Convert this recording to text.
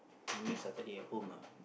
maybe Saturday at home ah